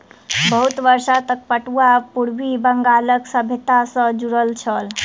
बहुत वर्ष तक पटुआ पूर्वी बंगालक सभ्यता सॅ जुड़ल छल